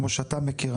כמו שאתה מכיר,